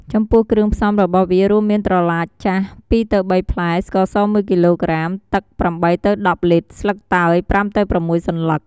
ចំពោះគ្រឿងផ្សំរបស់វារួមមានត្រឡាចចាស់ ២ទៅ៣ ផ្លែ , ស្ករស ១គីឡួក្រាម, ទឹក ៨ទៅ១០ លីត្រ, ស្លឹកតើយ ៥ទៅ៦ សន្លឹក។